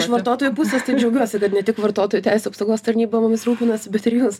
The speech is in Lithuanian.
iš vartotojų pusės tai džiaugiuosi kad ne tik vartotojų teisių apsaugos tarnyba mumis rūpinasi bet ir jūs